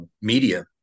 media